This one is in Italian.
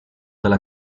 della